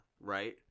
right